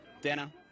Dana